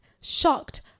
Shocked